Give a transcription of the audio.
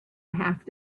have